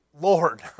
Lord